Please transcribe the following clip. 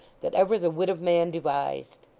that ever the wit of man devised.